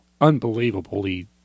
Unbelievably